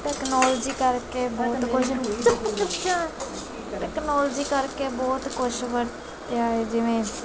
technology ਕਰਕੇ ਬਹੁਤ ਕੁਝ ਟੈਕਨੋਲਜੀ ਕਰਕੇ ਬਹੁਤ ਕੁਛ ਵਰਤਿਆਂ ਹੈ ਜਿਵੇਂ